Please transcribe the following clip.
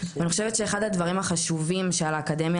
ואני חושבת שאחד הדברים החשובים שעל האקדמיה